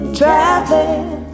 traveling